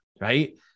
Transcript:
right